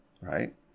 Right